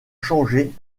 changer